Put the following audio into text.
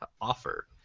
offer